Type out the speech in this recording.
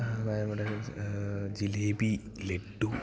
jalebi laddu